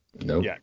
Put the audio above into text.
Nope